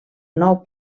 nou